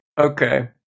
Okay